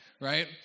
right